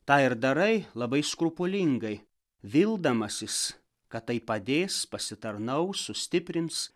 tą ir darai labai skrupulingai vildamasis kad tai padės pasitarnaus sustiprins